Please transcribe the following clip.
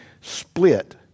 split